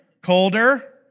colder